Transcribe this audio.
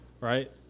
right